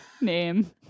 name